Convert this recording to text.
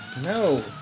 No